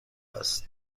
است